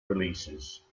releases